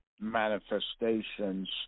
manifestations